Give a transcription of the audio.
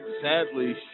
sadly